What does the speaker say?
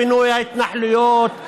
לפינוי ההתנחלויות,